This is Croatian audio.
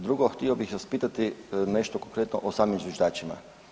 Drugo, htio bih vas pitati nešto konkretno o samim zviždačima.